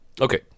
Okay